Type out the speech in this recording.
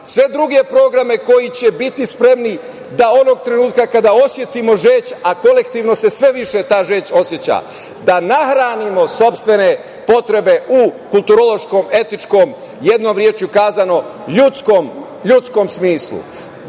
sve druge programe koji će biti spremni da onog trenutka kada osetimo žeđ, a kolektivno se sve više ta žeđ oseća, da nahranimo sopstvene potrebe u kulturološkom, etičkom, jednom rečju kazano ljudskom smislu. Dakle,